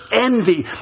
envy